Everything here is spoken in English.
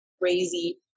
crazy